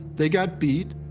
they got beat,